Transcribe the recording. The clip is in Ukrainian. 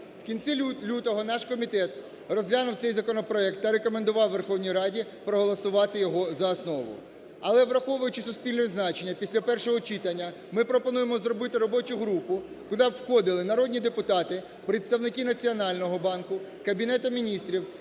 В кінці лютого наш комітет розглянув цей законопроект та рекомендував Верховній Раді проголосувати його за основу. Але, враховуючи суспільне значення, після першого читання, ми пропонуємо зробити робочу групу куди б входили народні депутати, представники Національного банку, Кабінету Міністрів,